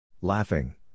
Laughing